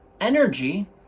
energy